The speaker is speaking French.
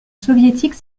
soviétique